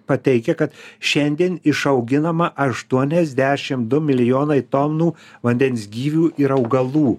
pateikia kad šiandien išauginama aštuoniasdešim du milijonai tonų vandens gyvių ir augalų